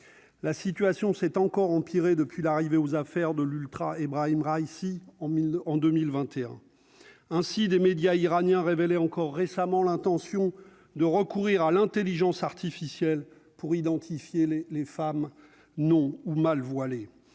la situation s'est encore empiré depuis l'arrivée aux affaires de l'ultra-Ebrahim Raïssi en 1000 en 2021 ainsi des médias iraniens révéler encore récemment l'intention de recourir à l'Intelligence artificielle pour identifier les les femmes non ou mal voilées